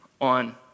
on